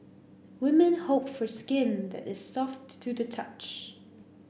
women hope for skin that is soft to the touch